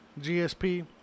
GSP